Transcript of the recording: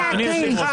תן לו להקריא.